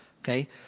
okay